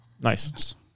Nice